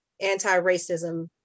anti-racism